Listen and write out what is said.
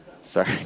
Sorry